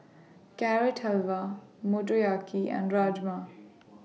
Carrot Halwa Motoyaki and Rajma